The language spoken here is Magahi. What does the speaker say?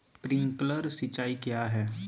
प्रिंक्लर सिंचाई क्या है?